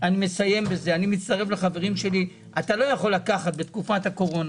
אתה לא יכול לקחת בתקופת הקורונה,